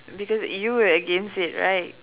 because you were against it right